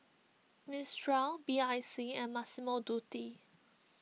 Mistral B I C and Massimo Dutti